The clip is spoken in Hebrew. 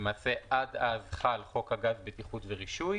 ולמעשה עד אז חל חוק הגז (בטיחות ורישוי),